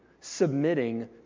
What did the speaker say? submitting